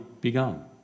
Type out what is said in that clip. begun